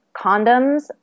condoms